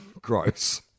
Gross